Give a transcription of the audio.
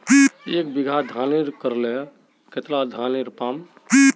एक बीघा धानेर करले कतला धानेर पाम?